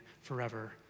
forever